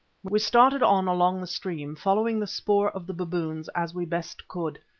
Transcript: we started on along the stream, following the spoor of the baboons as we best could.